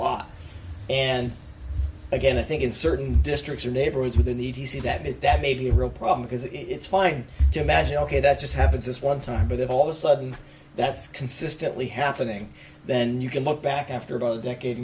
law and again i think in certain districts or neighborhoods within the d c that it that may be a real problem because it's fine to imagine ok that just happens this one time but of all of a sudden that's consistently happening then you can look back after about a decade